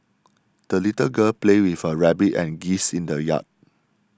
the little girl played with her rabbit and geese in the yard